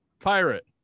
Pirate